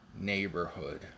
neighborhood